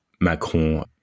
Macron